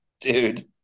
Dude